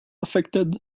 affected